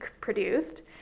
produced